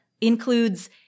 includes